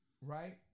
right